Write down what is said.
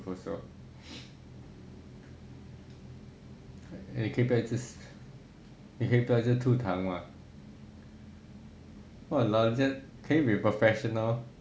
你可以不要一直吐痰吗 can you be professional